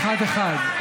אחד-אחד.